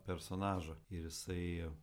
personažą ir jisai